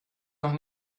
noch